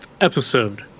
episode